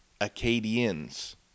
Acadians